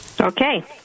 Okay